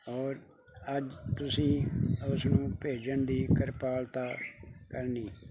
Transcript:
ਔਰ ਅੱਜ ਤੁਸੀਂ ਉਸਨੂੰ ਭੇਜਣ ਦੀ ਕ੍ਰਿਪਾਲਤਾ ਕਰਨੀ